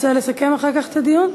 רוצה לסכם אחר כך את הדיון?